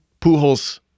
Pujols